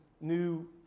new